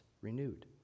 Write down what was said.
renewed